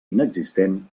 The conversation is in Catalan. inexistent